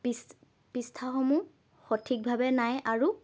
পৃষ্ঠাসমূহ সঠিকভাৱে নাই আৰু